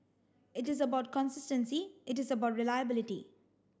it is about consistency it is about reliability